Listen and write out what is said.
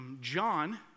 John